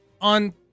on